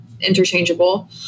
interchangeable